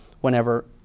Whenever